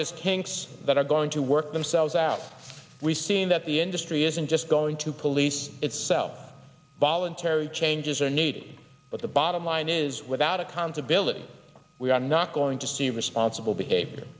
just kinks that are going to work themselves out we've seen that the industry isn't just going to police itself ballance very changes are needed but the bottom line is without a cons ability we are not going to see responsible behavior